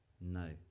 no